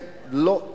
לא.